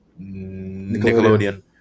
Nickelodeon